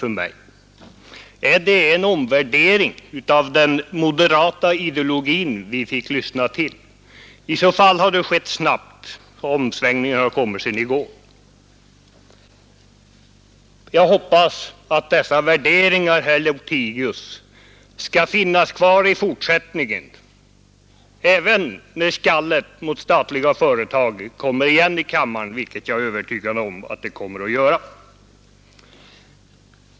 Var det en omvärdering av den moderata ideologin vi då fick lyssna till? I så fall har den skett snabbt; omsvängningen har kommit sedan i går. Jag hoppas, herr Lothigius, att de värderingarna skall finnas kvar även framdeles, när skallet mot statliga företag kommer igen i kammaren, vilket jag är övertygad om att det gör.